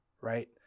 Right